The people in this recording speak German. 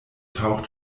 taucht